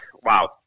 wow